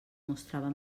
mostrava